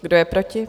Kdo je proti?